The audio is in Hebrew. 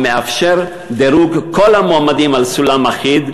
המאפשר דירוג כל המועמדים על סולם אחיד.